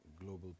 global